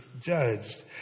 judged